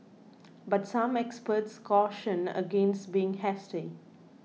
but some experts cautioned against being hasty